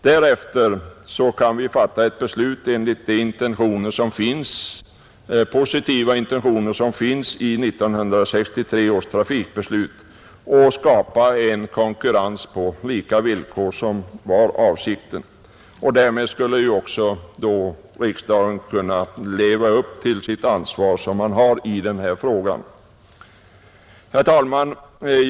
Därefter kan vi fatta ett beslut enligt de positiva intentioner som finns i 1963 års trafikpolitiska beslut och skapa en konkurrens på lika villkor, som var avsikten. Därmed skulle också riksdagen kunna leva upp till sitt ansvar i den här frågan. Herr talman!